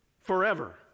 forever